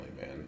man